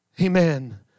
Amen